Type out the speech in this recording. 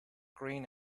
green